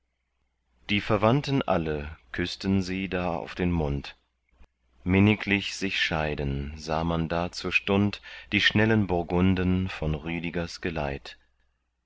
die verwandten alle küßten sie auf den mund minniglich sich scheiden sah man da zur stund die schnellen burgunden von rüdigers geleit